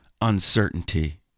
uncertainty